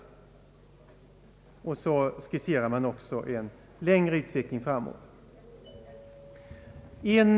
Dessutom skisserar man en ytterligare utveckling längre fram i tiden.